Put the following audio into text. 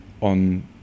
on